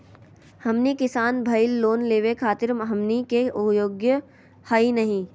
हमनी किसान भईल, लोन लेवे खातीर हमनी के योग्य हई नहीं?